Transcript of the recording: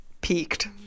Peaked